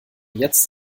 jetzt